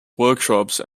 workshops